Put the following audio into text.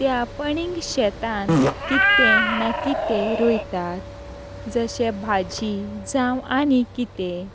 त्या पडींग शेतांत कितें ना कितें रोयतात जशे भाजी जावं आनी कितें